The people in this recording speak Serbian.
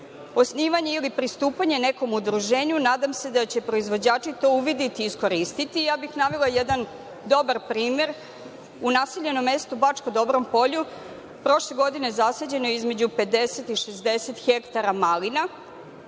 osnivanje ili pristupanje nekom udruženju. Nadam se da će proizvođači to uvideti i iskoristiti. Ja bih navela jedan dobar primer. U naseljenom mestu Bačkom Dobrom Polju prošle godine je zasađeno između 50 i 60 hektara malina,